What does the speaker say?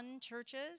churches